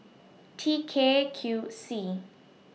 T K Q C